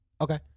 Okay